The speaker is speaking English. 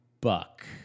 Buck